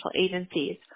agencies